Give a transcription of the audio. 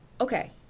Okay